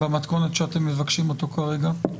במתכונת שאתם מבקשים אותו כרגע?